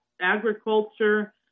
agriculture